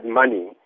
money